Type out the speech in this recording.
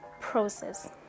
process